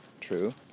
true